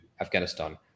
Afghanistan